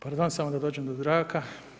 Pardon samo da dođem do zraka.